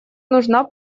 нужна